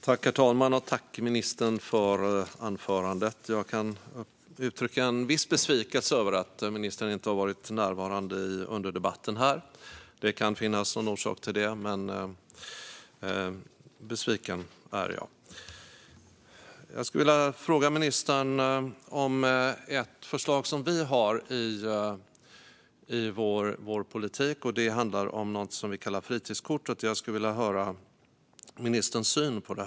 Herr talman! Tack, ministern, för anförandet! Jag kan uttrycka en viss besvikelse över att ministern inte har varit närvarande under debatten. Det kan finnas någon orsak till detta, men besviken är jag. Jag skulle vilja fråga ministern om ett förslag som vi har i vår politik; det handlar om något som vi kallar fritidskortet. Jag skulle vilja höra ministerns syn på det.